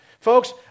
Folks